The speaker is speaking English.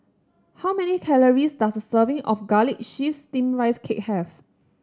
how many calories does a serving of Garlic Chives Steamed Rice Cake have